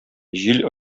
җил